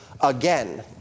again